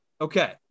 Okay